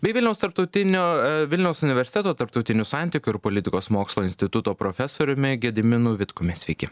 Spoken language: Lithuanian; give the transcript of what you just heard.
bei vilniaus tarptautinio vilniaus universiteto tarptautinių santykių ir politikos mokslų instituto profesoriumi gediminu vitkumi sveiki